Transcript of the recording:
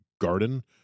garden